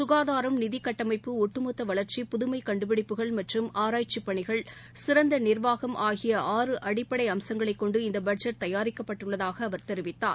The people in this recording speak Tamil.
சுகாதாரம் நிதி கட்டமைப்பு ஒட்டுமொத்த வளர்ச்சி புதுமை கண்டுபிடிப்புகள் மற்றும் ஆராய்ச்சிப் பணிகள் சிறந்த நிர்வாகம் ஆகிய ஆறு அடிப்படை அம்ங்களைக் கொண்டு இந்த பட்ஜெட் தயாரிக்கப்பட்டுள்ளதாக அவர் தெரிவித்தார்